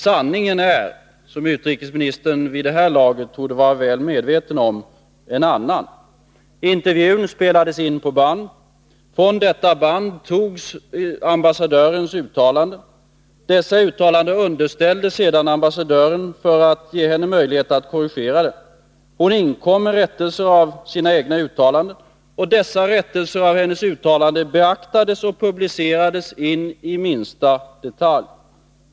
Sanningen är, som utrikesministern vid det här laget torde vara väl medveten om, en annan. Intervjun spelades in på band. Från detta band togs ambassadörens uttalanden. Dessa uttalanden underställdes sedan ambassadören för att ge henne möjlighet att korrigera dem. Hon inkom med rättelser av sina egna uttalanden, och dessa rättelser av hennes uttalanden beaktades och publicerades in i minsta detalj.